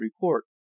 report